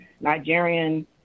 Nigerian